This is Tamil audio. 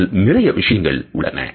அதில் நிறைய விஷயங்கள் உள்ளன